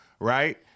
Right